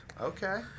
Okay